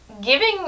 giving